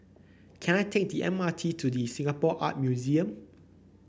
can I take the M R T to Singapore Art Museum